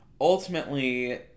ultimately